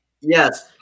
Yes